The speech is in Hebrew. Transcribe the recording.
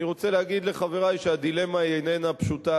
אני רוצה להגיד לחברי שהדילמה איננה פשוטה.